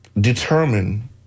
determine